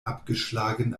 abgeschlagen